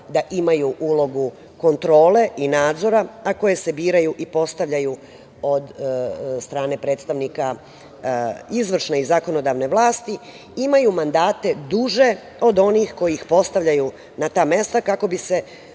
da imaju ulogu kontrole i nadzora, a koje se biraju i postavljaju od strane predstavnika izvršne i zakonodavne vlasti, imaju mandate duže od onih koji ih postavljaju na ta mesta, kako bi ih